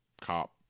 cop